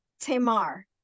Tamar